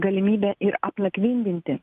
galimybę ir apnakvindinti